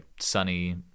sunny